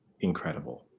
incredible